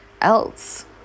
else